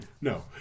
No